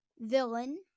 Villain